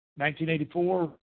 1984